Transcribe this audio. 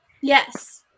Yes